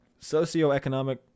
socioeconomic